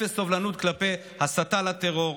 אפס סובלנות כלפי הסתה לטרור,